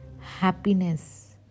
happiness